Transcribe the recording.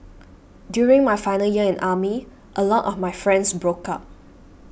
during my final year in army a lot of my friends broke up